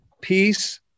peace